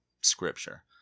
scripture